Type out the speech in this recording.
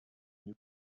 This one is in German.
new